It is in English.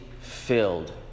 filled